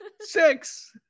Six